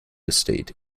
estate